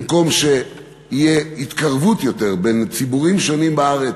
במקום שתהיה יותר התקרבות בין ציבורים שונים בארץ,